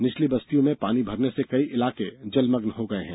निचली बस्तियों में पानी भरने से कई इलाके जलमग्न हो गये हैं